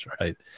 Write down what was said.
right